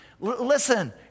Listen